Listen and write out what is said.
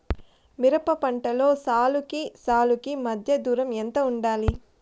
మిరప పంటలో సాలుకి సాలుకీ మధ్య దూరం ఎంత వుండాలి?